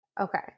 Okay